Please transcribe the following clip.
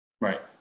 Right